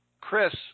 Chris